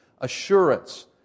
Assurance